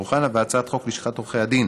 הצעת חוק לשכת עורכי הדין,